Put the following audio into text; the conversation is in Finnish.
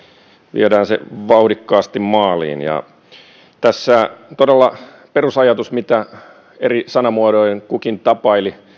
viedään se vauhdikkaasti maaliin tässä todella perusajatus mitä eri sanamuodoin kukin tapaili